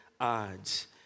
Odds